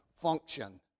function